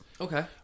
Okay